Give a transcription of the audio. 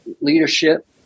leadership